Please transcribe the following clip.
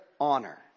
honor